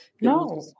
No